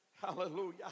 hallelujah